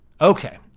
Okay